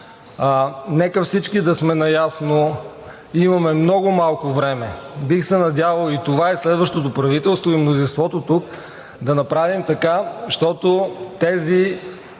Нека всички да сме наясно, имаме много малко време. Бих се надявал и следващото правителство, и мнозинството тук да направим така, че тези